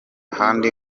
handi